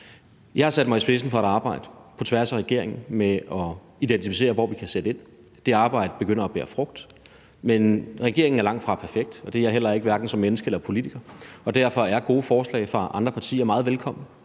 Jeg har sat mig i spidsen for et arbejde på tværs af regeringen med at identificere, hvor vi kan sætte ind, og det arbejde begynder at bære frugt, men regeringen er langtfra perfekt, og det er jeg heller ikke, hverken som menneske eller politiker, og derfor er gode forslag fra andre partier meget velkomne.